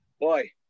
boy